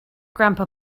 grandpa